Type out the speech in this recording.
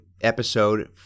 episode